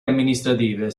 amministrative